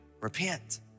repent